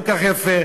כל כך יפה,